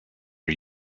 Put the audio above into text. are